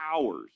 hours